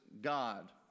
God